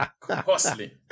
Costly